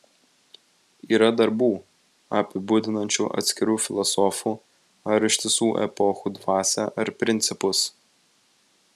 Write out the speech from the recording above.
yra darbų apibūdinančių atskirų filosofų ar ištisų epochų dvasią ar principus